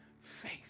faith